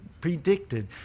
predicted